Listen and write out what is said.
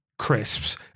crisps